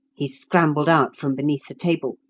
he scrambled out from beneath the table,